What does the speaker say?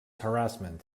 harassment